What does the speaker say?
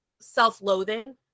self-loathing